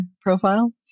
profile